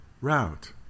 route